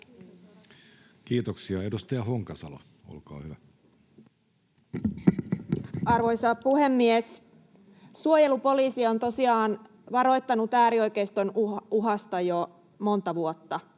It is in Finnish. Kiitoksia. — Edustaja Honkasalo, olkaa hyvä. Arvoisa puhemies! Suojelupoliisi on tosiaan varoittanut äärioikeiston uhasta jo monta vuotta,